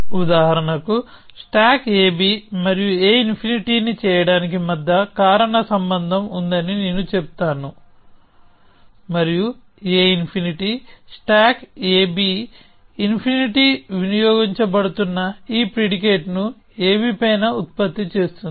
ఉదాహరణకు stack ab మరియు a∞ ని చేయడానికి మధ్య కారణసంబంధం ఉందని నేను చెబుతాను మరియు a∞ స్టాక్ ab ద్వారా స్టాక్ ab ఇన్ఫినిటీ వినియోగించబడుతున్న ఈ ప్రిడికేట్ను ab పైన ఉత్పత్తి చేస్తోంది